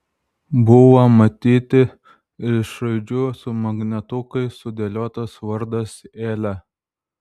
buvo matyti iš raidžių su magnetukais sudėliotas vardas elė